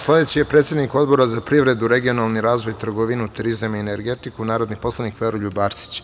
Sledeći je predsednik Odbora za privredu, regionalni razvoj, trgovinu, turizam i energetiku, narodni poslanik Veroljub Arsić.